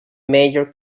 major